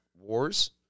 Wars